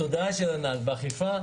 התודעה של הנהג והאכיפה,